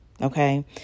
okay